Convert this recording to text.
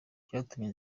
byatumye